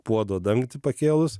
puodo dangtį pakėlus